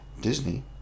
Disney